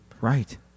Right